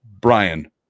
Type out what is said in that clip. Brian